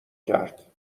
کرد